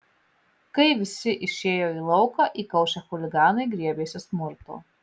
kai visi išėjo į lauką įkaušę chuliganai griebėsi smurto